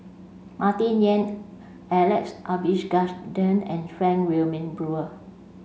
Martin Yan Alex Abisheganaden and Frank Wilmin Brewer